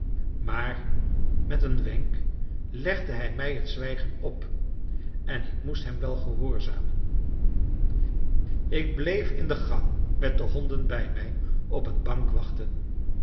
maar met een wenk legde hij mij het zwijgen op en ik moest hem wel gehoorzamen ik bleef in de gang met de honden bij mij op een bank wachten